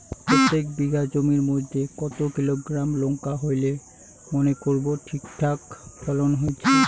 প্রত্যেক বিঘা জমির মইধ্যে কতো কিলোগ্রাম লঙ্কা হইলে মনে করব ঠিকঠাক ফলন হইছে?